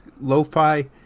lo-fi